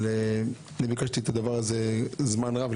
אבל אני ביקשתי את הדבר הזה לפני זמן רב.